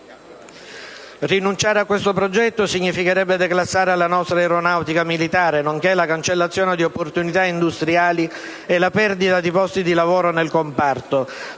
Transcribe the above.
Rinunciare a questo progetto significherebbe declassare la nostra Aeronautica militare, nonché la cancellazione di opportunità industriali e la perdita di posti di lavoro nel comparto.